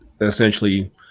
essentially